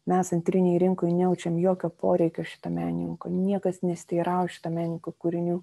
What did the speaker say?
mes antrinėj rinkoj nejaučiam jokio poreikio šito menininko niekas nesiteirauja šito menininkų kūrinių